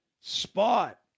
spot